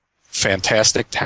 fantastic